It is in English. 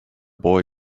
boy